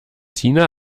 tina